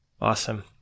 Awesome